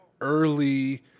early